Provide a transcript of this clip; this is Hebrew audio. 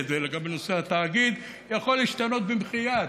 ונגע בנושא התאגיד יכול להשתנות במחי יד,